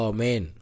Amen